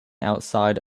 outside